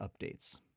updates